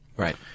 Right